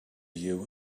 you